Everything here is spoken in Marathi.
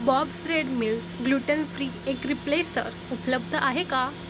bobs Red Mill gluten free egg replacer उपलब्ध आहे का